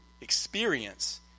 experience